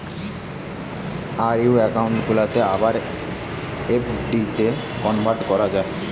RD account গুলাকে আবার এফ.ডিতে কনভার্ট করা যায়